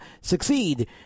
succeed